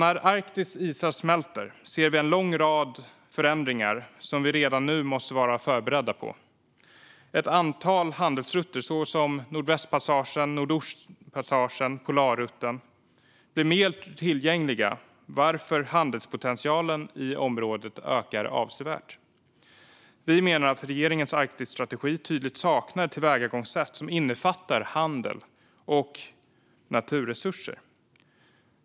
När Arktis isar smälter ser vi en lång rad förändringar som vi redan nu måste vara förberedda på. Ett antal handelsrutter, såsom Nordvästpassagen, Nordostpassagen och polarrutten, blir mer tillgängliga, varför handelspotentialen i området ökar avsevärt. Vi menar att regeringens Arktisstrategi tydligt saknar ett tillvägagångssätt som innefattar handel och naturresurser.